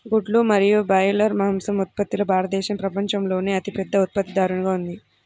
గుడ్లు మరియు బ్రాయిలర్ మాంసం ఉత్పత్తిలో భారతదేశం ప్రపంచంలోనే అతిపెద్ద ఉత్పత్తిదారుగా ఉంది